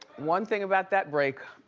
one thing about that break,